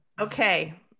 Okay